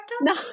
no